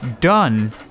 done